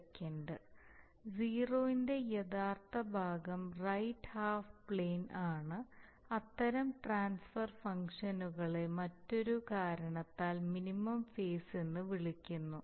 സീറോന്റെ യഥാർത്ഥ ഭാഗം right half plane ആണ് അത്തരം ട്രാൻസ്ഫർ ഫംഗ്ഷനുകളെ മറ്റൊരു കാരണത്താൽ മിനിമം ഫേസ് എന്ന് വിളിക്കുന്നു